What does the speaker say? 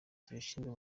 zibishinzwe